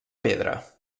pedra